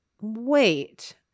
wait